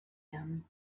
him